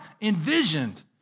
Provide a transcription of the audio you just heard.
envisioned